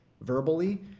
verbally